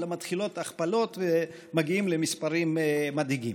אלא מתחילות הכפלות ומגיעים למספרים מדאיגים.